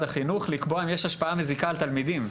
החינוך לקבוע אם יש השפעה מזיקה על תלמידים,